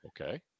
Okay